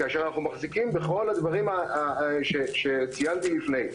כאשר אנחנו מחזיקים בכל הדברים שציינתי לפני כן.